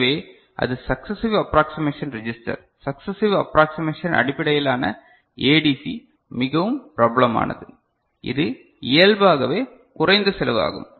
எனவே அது successive approximation register successive approximation அடிப்படையிலான ஏடிசி மிகவும் பிரபலமானது இது இயல்பாகவே குறைந்த செலவு ஆகும்